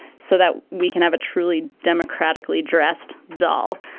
so that we can have a truly democratically dressed doll.